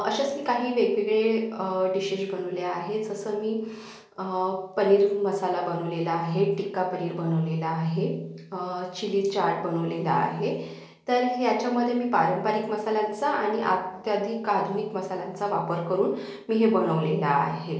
अशाच मी काही वेगवेगळे डिशेश बनवल्या आहेत जसं मी पनीर मसाला बनवलेला आहे टिक्का पनीर बनवलेला आहे चिली चाट बनवलेला आहे तर ह्याच्यामध्ये मी पारंपरिक मसाल्यांचा आणि आत्याधिक आधुनिक मसाल्यांचा वापर करून मी हे बनवलेलं आहे